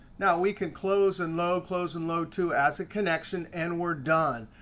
now we can close and load close and load to as a connection, and we're done.